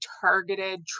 targeted